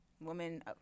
woman